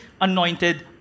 anointed